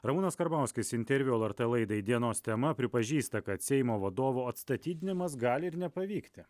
ramūnas karbauskis interviu lrt laidai dienos tema pripažįsta kad seimo vadovo atstatydinimas gali ir nepavykti